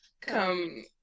Come